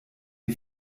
die